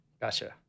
Gotcha